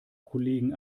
kollegen